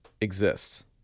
exists